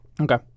Okay